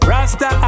Rasta